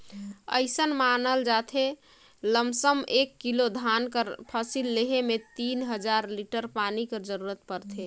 अइसन मानल जाथे लमसम एक किलो धान कर फसिल लेहे में तीन हजार लीटर पानी कर जरूरत परथे